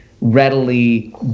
readily